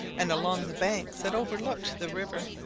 and along the banks that overlook the river.